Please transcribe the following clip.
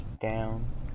down